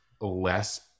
less